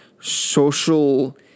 social